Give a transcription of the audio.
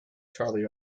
charlie